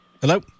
Hello